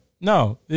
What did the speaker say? No